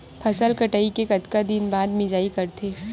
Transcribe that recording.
फसल कटाई के कतका दिन बाद मिजाई करथे?